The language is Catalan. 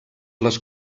les